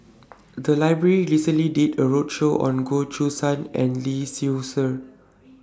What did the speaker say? The Library recently did A roadshow on Goh Choo San and Lee Seow Ser